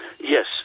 Yes